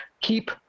keep